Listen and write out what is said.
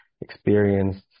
experienced